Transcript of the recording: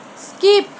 skip